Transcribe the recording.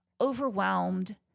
overwhelmed